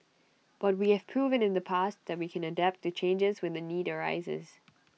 but we have proven in the past that we can adapt to changes when the need arises